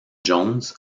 jones